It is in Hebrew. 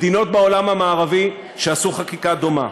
מדינות בעולם המערבי שעשו חקיקה דומה.